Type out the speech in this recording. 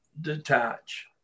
detach